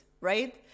right